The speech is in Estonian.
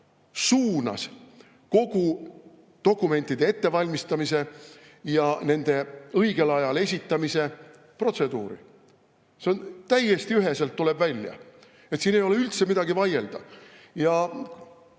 suunas kogu dokumentide ettevalmistamise ja nende õigel ajal esitamise protseduuri. See tuleb täiesti üheselt välja, siin ei ole üldse midagi vaielda. Kõik,